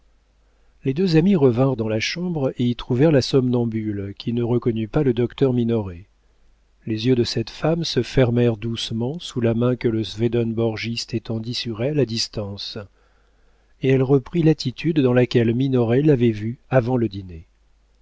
les deux amis revinrent dans la chambre et y trouvèrent la somnambule qui ne reconnut pas le docteur minoret les yeux de cette femme se fermèrent doucement sous la main que le swedenborgiste étendit sur elle à distance et elle reprit l'attitude dans laquelle minoret l'avait vue avant le dîner